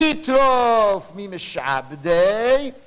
תטרוף ממשעבדי